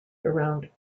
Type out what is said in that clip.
around